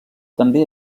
també